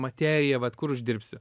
materija vat kur uždirbsi